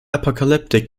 apocalyptic